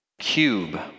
cube